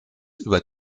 über